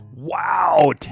Wow